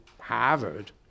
Harvard